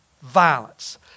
violence